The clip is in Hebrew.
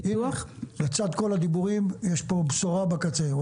לצד כל הדיבורים יש פה בשורה בקצה?